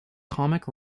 comic